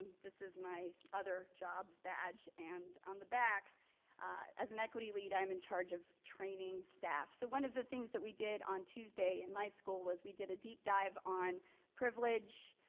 this is my other jobs badge and on the back as an equity lead, i'm in charge of training staff. so one of the things that we did on tuesday and my school was we did a deep dive on privilege,